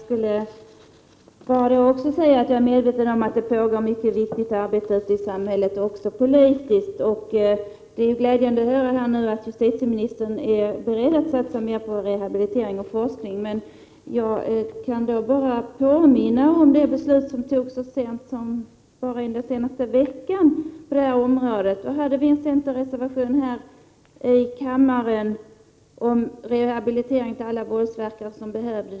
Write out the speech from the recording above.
Herr talman! Jag är medveten om att det pågår även politiskt mycket viktigt arbete i samhället. Det är glädjande att höra att justitieministern är beredd att satsa mer på rehabilitering och forskning. Jag kan påminna om att det fattades beslut så sent som denna vecka på det här området. Det fanns en centerreservation i kammaren om rehabilitering av alla våldsverkare som var i behov av det.